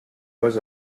was